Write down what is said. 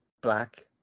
black